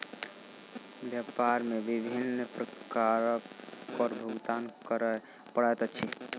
व्यापार मे विभिन्न प्रकारक कर भुगतान करय पड़ैत अछि